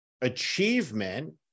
achievement